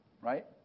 right